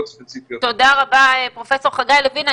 תודה רבה, פרופ' חגי לוין.